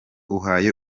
uhaye